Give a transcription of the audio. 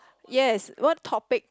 yes what topic